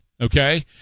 okay